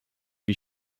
wie